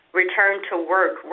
return-to-work